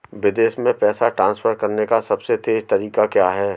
विदेश में पैसा ट्रांसफर करने का सबसे तेज़ तरीका क्या है?